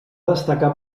destacar